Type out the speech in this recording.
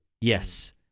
Yes